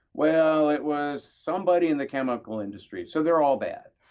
well, it was somebody in the chemical industry, so they're all bad.